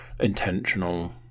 intentional